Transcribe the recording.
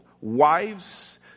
wives